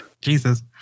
Jesus